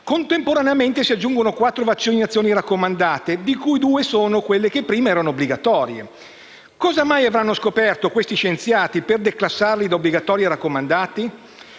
Contemporaneamente, si aggiungono quattro vaccinazioni raccomandate, di cui due sono quelle che prima erano obbligatorie. Cosa mai avranno scoperto questi scienziati per declassarli da obbligatori a raccomandati?